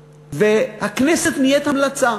פנימה, והכנסת נהית המלצה.